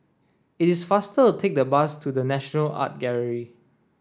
it is faster to take the bus to The National Art Gallery